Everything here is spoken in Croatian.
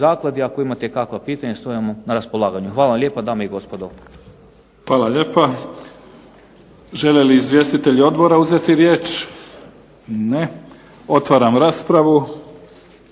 zakladi, ako imate kakva pitanja stojim vam na raspolaganju. Hvala vam lijepa dame i gospodo. **Mimica, Neven (SDP)** Žele li izvjestitelji odbora uzeti riječ? Ne. Otvaram raspravu.